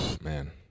Man